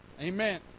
Amen